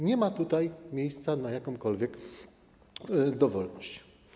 Nie ma tutaj miejsca na jakąkolwiek dowolność.